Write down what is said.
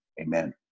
amen